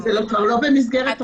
זה כבר לא במסגרת החוק.